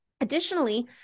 Additionally